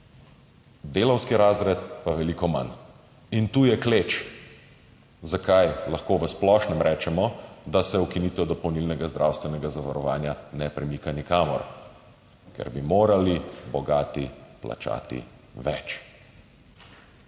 delavski razred pa veliko manj. In tu je kleč, zakaj lahko v splošnem rečemo, da se ukinitev dopolnilnega zdravstvenega zavarovanja ne premika nikamor – ker bi morali bogati plačati več.